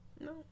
No